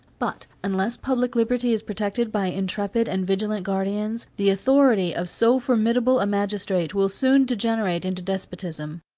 but, unless public liberty is protected by intrepid and vigilant guardians, the authority of so formidable a magistrate will soon degenerate into despotism.